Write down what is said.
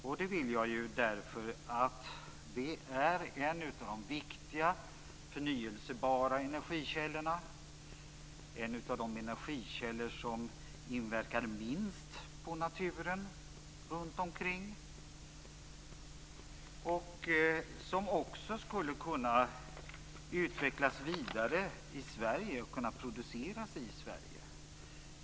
Det vill jag därför att det är en av de viktiga förnyelsebara energikällorna, en av de energikällor som inverkar minst på naturen runt omkring och som också skulle kunna utvecklas vidare i Sverige och kunna produceras i Sverige.